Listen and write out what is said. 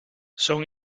son